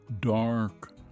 dark